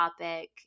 topic